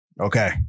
Okay